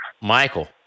Michael